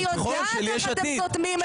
אני יודעת איך אתם סותמים את הפה.